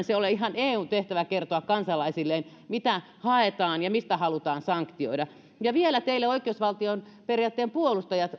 se ole ihan eun tehtävä kertoa kansalaisilleen mitä haetaan ja mistä halutaan sanktioida vielä teille oikeusvaltioperiaatteen puolustajat